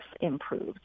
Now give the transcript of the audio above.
improves